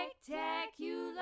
Spectacular